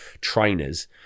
trainers